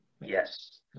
Yes